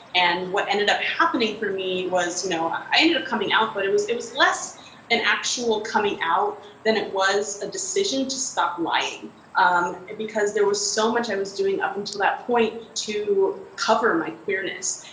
and what ended up happening for me was you know i ended up coming out, but it was it was less an actual coming out than it was a decision to stop lying um and because there was so much i was doing up until that point to cover my queerness,